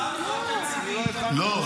האם זו הצעת חוק תקציבית --- של הכנסת --- לא,